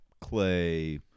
clay